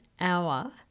hour